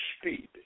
speed